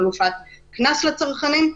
חלופת קנס לצרכנים.